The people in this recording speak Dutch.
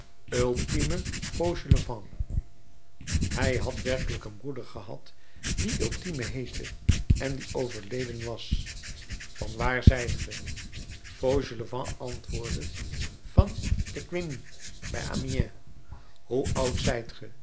ultime fauchelevent hij had werkelijk een broeder gehad die ultime heette en die overleden was van waar zijt ge fauchelevent antwoordde van picquigny bij amiens hoe oud zijt